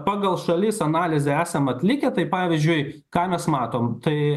pagal šalis analizę esam atlikę tai pavyzdžiui ką mes matom tai